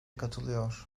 katılıyor